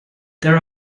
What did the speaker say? there